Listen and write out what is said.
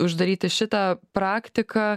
uždaryti šitą praktiką